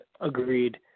agreed